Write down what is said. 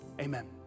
Amen